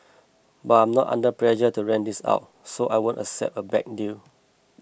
but I'm not under pressure to rent this out so I won't accept a bad deal